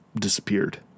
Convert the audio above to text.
disappeared